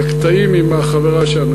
הקטעים עם החברה שם,